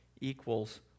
equals